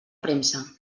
premsa